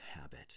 habit